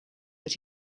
but